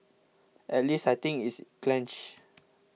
at least I think it's clenched